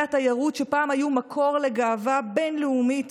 התיירות שפעם היו מקור לגאווה בין-לאומית,